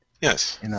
Yes